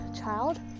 child